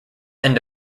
end